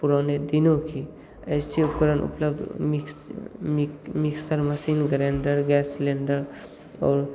पुराने दिनों की ऐसी उपकरण उपलब्ध mix mixer machine grinder gas cylinder और